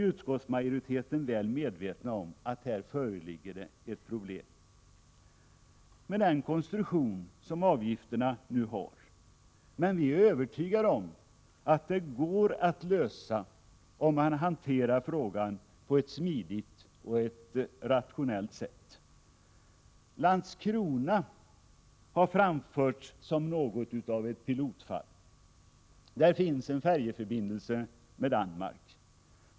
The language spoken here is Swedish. Utskottsmajoriteten är väl medveten om att det föreligger ett problem med den konstruktion som avgifterna nu har. Men utskottsmajoriteten är övertygad om att problemet går att lösa om man hanterar frågan på ett smidigt och rationellt sätt. Landskrona har anförts som något av ett pilotfall. Landskrona har en färjeförbindelse med Danmark.